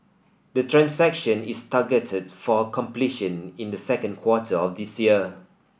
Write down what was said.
the transaction is targeted for completion in the second quarter of this year